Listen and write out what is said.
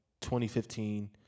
2015